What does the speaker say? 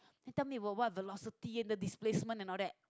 midterm velocity and the displacement and all that